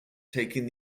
taking